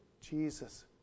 Jesus